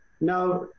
Now